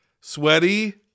sweaty